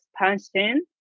expansion